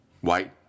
white